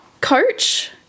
coach